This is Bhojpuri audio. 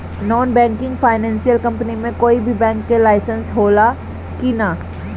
नॉन बैंकिंग फाइनेंशियल कम्पनी मे कोई भी बैंक के लाइसेन्स हो ला कि ना?